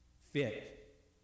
fit